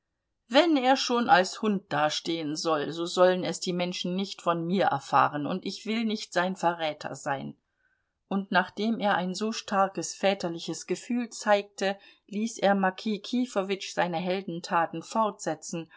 wenn er schon als hund dastehen soll so sollen es die menschen nicht von mir erfahren und ich will nicht sein verräter sein und nachdem er ein so starkes väterliches gefühl zeigte ließ er mokij kifowitsch seine heldentaten fortsetzen